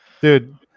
Dude